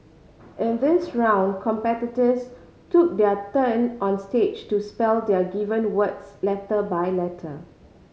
in this round competitors took their turn on stage to spell their given words letter by letter